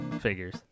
Figures